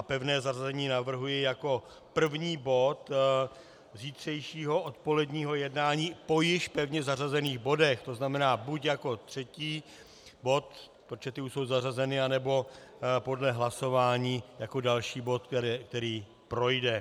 Pevné zařazení navrhuji jako první bod zítřejšího odpoledního jednání po již pevně zařazených bodech, to znamená buď jako třetí bod, protože ty už jsou zařazeny, nebo podle hlasování jako další bod, který projde.